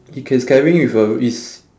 he cans carrying with a is